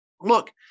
look